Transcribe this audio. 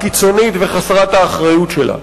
הקיצונית וחסרת האחריות שלה,